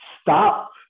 Stop